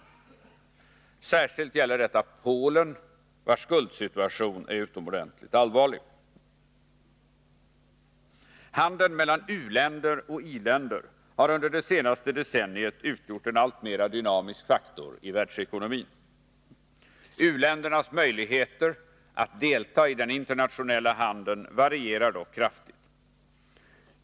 Särskilt gäller detta Polen, vars skuldsituation är utomordentligt allvarlig. Handeln mellan u-länder och i-länder har under det senaste decenniet utgjort en alltmer dynamisk faktor i världsekonomin. U-ländernas möjligheter att delta i den internationella handeln varierar dock kraftigt.